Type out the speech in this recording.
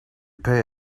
pay